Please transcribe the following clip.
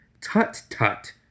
Tut-tut